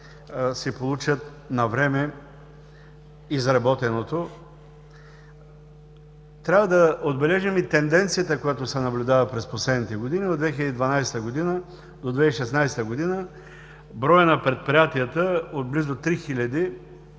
си получат навреме изработеното. Трябва да отбележим и тенденцията, която се наблюдава през последните години: от 2012 г. до 2016 г. броя на предприятията от близо три